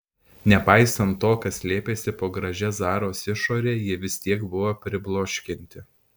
nepaisant to kas slėpėsi po gražia zaros išore ji vis tiek buvo pribloškianti